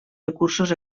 recursos